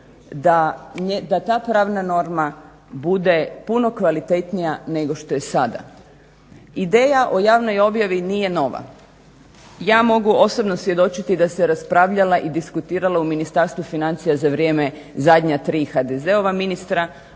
da ta pravna norma bude puno kvalitetnija nego što je sada. Ideja o javnoj objavi nije nova. Ja mogu osobno svjedočiti da se raspravljala i diskutirala u Ministarstvu financija za vrijeme zadnja tri HDZ-ova ministra,